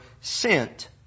sent